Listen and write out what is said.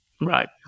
Right